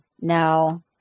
now